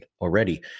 already